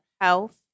health